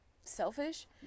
selfish